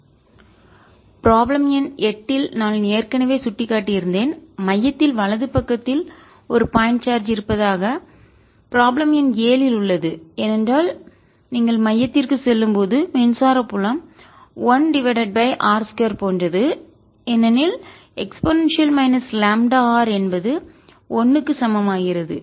ρ0 r C0e λrr2 problem எண் 8 ல் நான் ஏற்கனவே சுட்டிக்காட்டியிருந்தேன் மையத்தில் வலது பக்கத்தில் ஒரு பாயிண்ட் சார்ஜ் இருப்பதாக ப்ராப்ளம் எண் 7 இல் உள்ளது ஏனென்றால் நீங்கள் மையத்திற்கு செல்லும் போது மின்சார புலம் 1 டிவைடட் பை r 2 போன்றது ஏனெனில் e λr என்பது 1 க்கு சமம் ஆகிறது